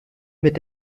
mit